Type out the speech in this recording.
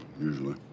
usually